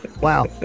Wow